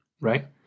right